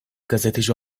gazeteci